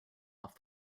off